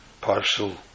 partial